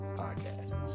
podcast